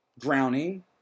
Drowning